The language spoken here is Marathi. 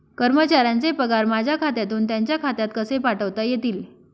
कर्मचाऱ्यांचे पगार माझ्या खात्यातून त्यांच्या खात्यात कसे पाठवता येतील?